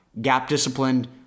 gap-disciplined